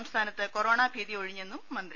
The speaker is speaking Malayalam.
സംസ്ഥാനത്ത് കൊറോണ ഭീതി ഒഴിഞ്ഞെന്നും മന്ത്രി